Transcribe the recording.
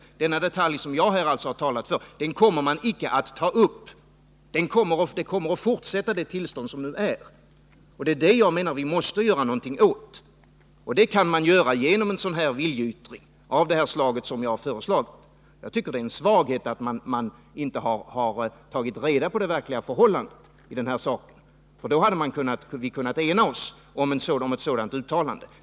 Den detalj som jag alltså har talat för kommer man icke att ta upp. Det tillstånd som nu råder kommer att fortsätta, och det är det jag menar att vi måste göra någonting åt. Det kan man genom en viljeyttring av det slag som jag har föreslagit. Det är en svaghet att man inte har tagit reda på det verkliga förhållandet i denna sak. Då hade vi kunnat ena oss om ett sådant uttalande.